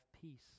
peace